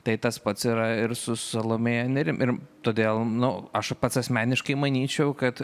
tai tas pats yra ir su salomėja nėrim ir todėl nu aš pats asmeniškai manyčiau kad